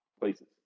places